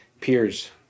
peers